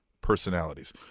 personalities